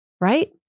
right